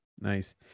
Nice